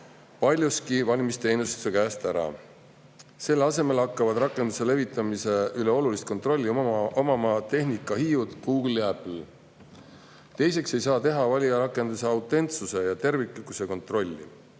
paljuski valimisteenistuse käest ära. Selle asemel hakkavad rakenduse levitamise üle olulist kontrolli omama tehnikahiiud Google ja Apple. Teiseks ei saa teha valijarakenduse autentsuse ja terviklikkuse kontrolli.